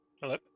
Hello